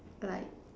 like